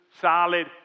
solid